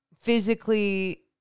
physically